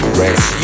rest